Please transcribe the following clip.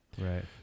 Right